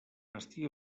estigui